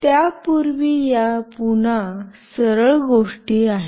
त्यापूर्वी या पुन्हा सरळ गोष्टी आहेत